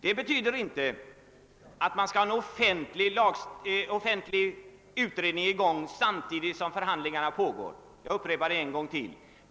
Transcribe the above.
Detta betyder inte att en offentlig utredning skall arbeta samtidigt som förhandlingarna pågår — jag vill upprepa detta ännu en gång.